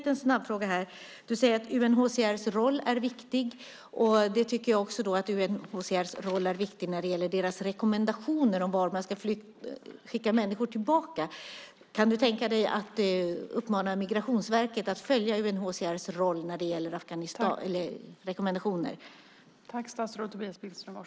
Tobias Billström säger att UNHCR:s roll är viktig. Jag tycker också att UNHCR:s roll är viktig när det gäller rekommendationer om vart människor ska skickas tillbaka. Kan du tänka dig att uppmana Migrationsverket att följa UNHCR:s roll när det gäller rekommendationer?